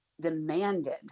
demanded